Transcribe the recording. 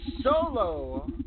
Solo